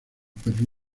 pero